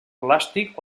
plàstic